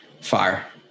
fire